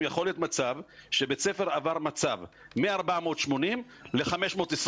יכול להיות שבית ספר עבר מצב מ-480 ל-520,